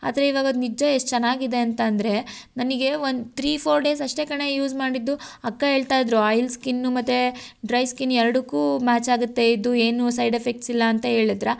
ಆದರೆ ಇವಾಗ ಅದು ನಿಜ ಎಷ್ಟು ಚೆನ್ನಾಗಿದೆ ಅಂತ ಅಂದರೆ ನನಗೆ ಒಂದು ತ್ರೀ ಫೋರ್ ಡೇಸ್ ಅಷ್ಟೇ ಕಣೇ ಯೂಸ್ ಮಾಡಿದ್ದು ಅಕ್ಕ ಹೇಳ್ತಾ ಇದ್ದರು ಆಯಿಲ್ ಸ್ಕಿನ್ನು ಮತ್ತು ಡ್ರೈ ಸ್ಕಿನ್ ಎರಡಕ್ಕು ಮ್ಯಾಚ್ ಆಗುತ್ತೆ ಇದು ಏನು ಸೈಡ್ ಎಫೆಕ್ಟ್ಸ್ ಇಲ್ಲ ಅಂತ ಹೇಳದ್ರ